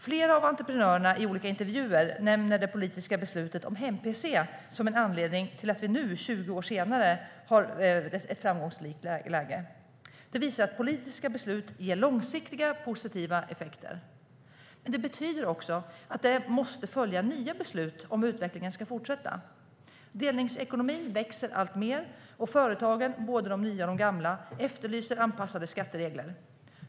Flera av entreprenörerna i olika intervjuer nämner det politiska beslutet om hem-pc som en anledning till att vi nu, tjugo år senare har ett framgångsrikt läge. Det visar att politiska beslut ger långsiktiga positiva effekter, men det betyder också att det måste följa nya beslut om utvecklingen ska fortsätta. Delningsekonomin växer alltmer, och företagen, både de nya och de gamla, efterlyser anpassade skatteregler.